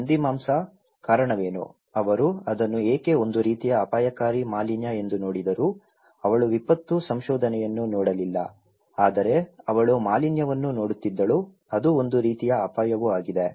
ಹಂದಿಮಾಂಸ ಕಾರಣವೇನು ಅವರು ಅದನ್ನು ಏಕೆ ಒಂದು ರೀತಿಯ ಅಪಾಯಕಾರಿ ಮಾಲಿನ್ಯ ಎಂದು ನೋಡಿದರು ಅವಳು ವಿಪತ್ತು ಸಂಶೋಧನೆಯನ್ನು ನೋಡಲಿಲ್ಲ ಆದರೆ ಅವಳು ಮಾಲಿನ್ಯವನ್ನು ನೋಡುತ್ತಿದ್ದಳು ಅದು ಒಂದು ರೀತಿಯ ಅಪಾಯವೂ ಆಗಿದೆ